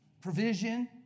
provision